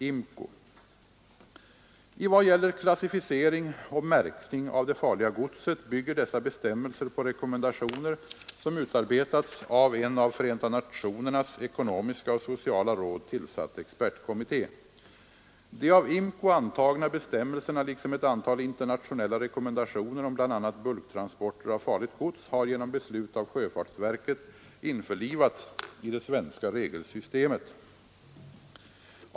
I vad gäller klassificering och märkning av det farliga godset bygger dessa bestämmelser på rekommendationer som utarbetats av en av FN:s ekonomiska och sociala råd tillsatt expertkom mitté. De av IMCO antagna bestämmelserna liksom ett antal internationella rekommendationer om bl.a. bulktransporter av farligt gods har genom beslut av sjöfartsverket införlivats i det svenska regelsystemet.